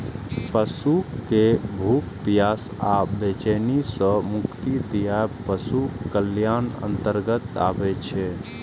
पशु कें भूख, प्यास आ बेचैनी सं मुक्ति दियाएब पशु कल्याणक अंतर्गत आबै छै